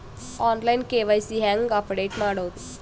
On line KYC ಹೇಂಗ update ಮಾಡೋದು?